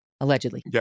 allegedly